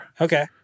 Okay